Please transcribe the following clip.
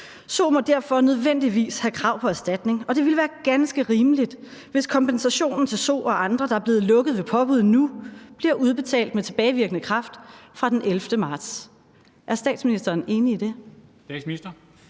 Zoo må derfor nødvendigvis have krav på en erstatning, og det ville være ganske rimeligt, hvis kompensationen til Zoo og andre, der er blevet lukket ved påbud nu, bliver udbetalt med tilbagevirkende kraft fra den 11. marts. Er statsministeren enig i det?